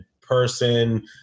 person